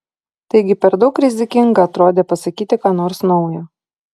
taigi per daug rizikinga atrodė pasakyti ką nors naujo